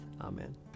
Amen